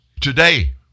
Today